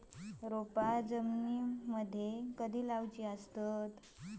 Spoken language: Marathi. रोपे जमिनीमदि कधी लाऊची लागता?